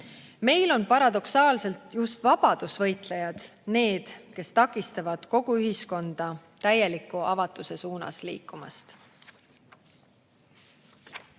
Meil on paradoksaalselt just vabadusvõitlejad need, kes takistavad kogu ühiskonda täieliku avatuse suunas liikumast.